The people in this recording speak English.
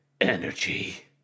Energy